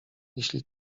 jeśli